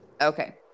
Okay